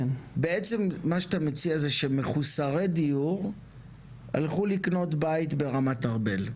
בעצם מה שאתה מציע זה שמחוסרי דיור הלכו לקנות בית ברמת ארבל.